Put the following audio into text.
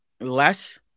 less